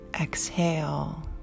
exhale